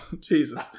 Jesus